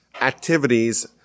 activities